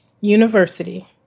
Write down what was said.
University